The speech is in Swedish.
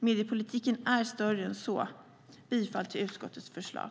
Mediepolitiken är större än så. Jag yrkar bifall till utskottets förslag.